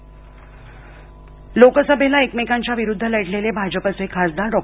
पूल नगर लोकसभेला एकमेकांच्या विरुद्ध लढलेले भाजपचे खासदार डॉ